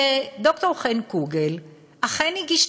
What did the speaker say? ד"ר חן קוגל אכן הגיש תצהיר,